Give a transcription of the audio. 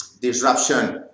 disruption